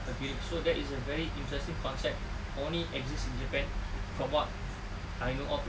the village so that is a very interesting concept only exists in japan from what I know of lah